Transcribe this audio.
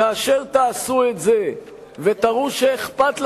כאשר תעשו את זה ותראו שאכפת לכם,